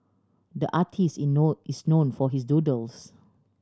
the artist is known for his doodles